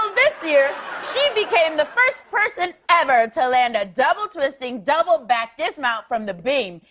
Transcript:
um this year she became the first person ever to land a double twisting double back dismount from the beam.